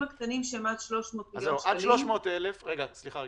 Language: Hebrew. הקטנים שהם 300 מיליון שקלים --- סליחה רגע,